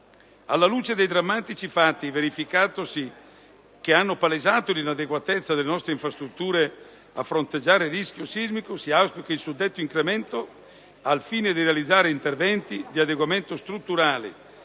Alla luce dei drammatici fatti verificatosi che hanno palesato l'inadeguatezza delle nostre infrastrutture a fronteggiare il rischio sismico, si auspica il suddetto incremento al fine di realizzare interventi di adeguamento strutturale